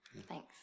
thanks